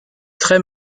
très